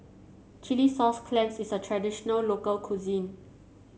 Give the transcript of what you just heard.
Chilli Sauce Clams is a traditional local cuisine